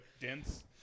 dense